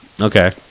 Okay